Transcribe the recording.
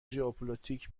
ژئوپلیتک